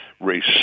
race